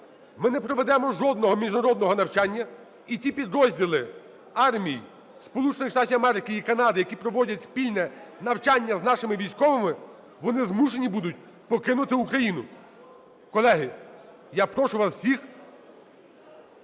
ми не проведемо жодного міжнародного навчання. І ті підрозділи армій Сполучених Штатів Америки і Канади, які проводять спільне навчання з нашими військовими, вони змушені будуть покинути Україну. Колеги, прошу вас всіх